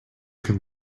can